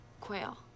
Quail